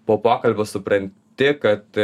po pokalbio supranti kad